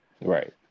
right